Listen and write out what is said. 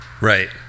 Right